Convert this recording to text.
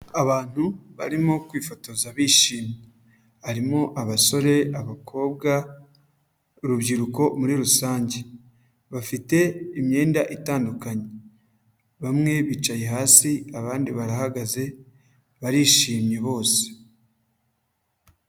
Abantu barimo kwifotoza bishimye, harimo abasore, abakobwa, urubyiruko muri rusange, bafite imyenda itandukanye, bamwe bicaye hasi abandi barahagaze barishimye bose.